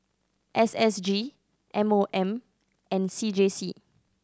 S S G M O M and C J C